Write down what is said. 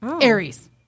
Aries